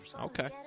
Okay